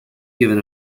given